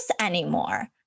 anymore